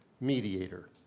mediator